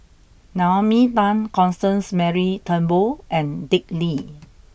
Naomi Tan Constance Mary Turnbull and Dick Lee